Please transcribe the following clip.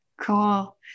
Cool